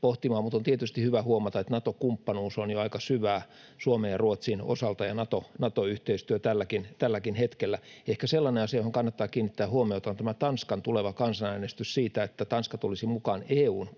mutta on tietysti hyvä huomata, että Nato-kumppanuus on jo aika syvää Suomen ja Ruotsin osalta ja Nato-yhteistyö tälläkin hetkellä. Ehkä sellainen asia, johon kannattaa kiinnittää huomiota, on tämä Tanskan tuleva kansanäänestys siitä, että Tanska tulisi mukaan EU:n